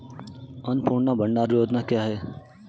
अन्नपूर्णा भंडार योजना क्या है?